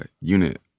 unit